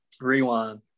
Rewind